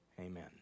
Amen